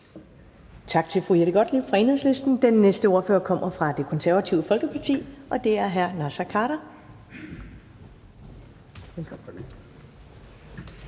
Tak til fru Jette Gottlieb fra Enhedslisten. Den næste ordfører kommer fra Det Konservative Folkeparti, og det er hr. Naser Khader.